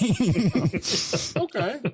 Okay